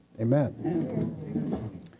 amen